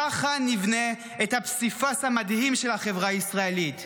ככה נבנה את הפסיפס המדהים של החברה הישראלית.